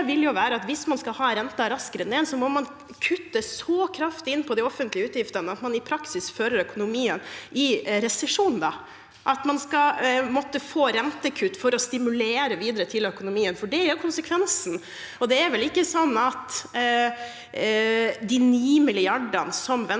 hvis man skal ha renten raskere ned, må man kutte så kraftig i de offentlige utgiftene at man i praksis fører økonomien inn i en resesjon, og at man må få rentekutt for å stimulere økonomien, for det er konsekvensen. Det er vel ikke slik at de ni milliardene som Venstre